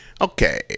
Okay